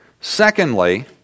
Secondly